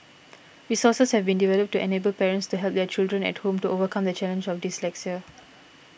resources have been developed to enable parents to help their children at home to overcome the challenge of dyslexia